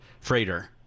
freighter